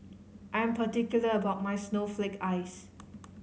I am particular about my snowflake ice